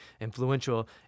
influential